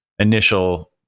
initial